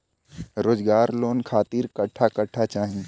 रोजगार लोन खातिर कट्ठा कट्ठा चाहीं?